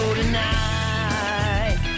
tonight